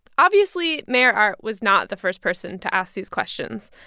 obviously, mayor art was not the first person to ask these questions.